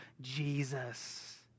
Jesus